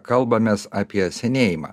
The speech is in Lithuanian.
kalbamės apie senėjimą